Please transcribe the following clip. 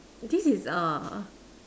this is err